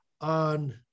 on